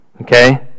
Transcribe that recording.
Okay